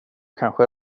kanske